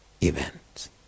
event